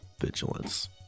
Vigilance